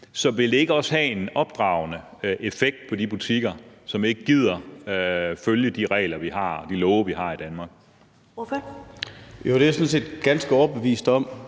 Så vil det ikke også have en opdragende effekt på de butikker, som ikke gider følge de regler og love, vi har i Danmark?